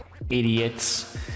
Idiots